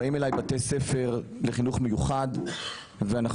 ובאים אלי בתי ספר לחינוך מיוחד ואנחנו